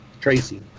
Tracy